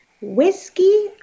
whiskey